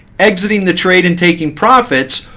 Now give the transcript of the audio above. exiting the trade and taking profits,